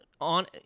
on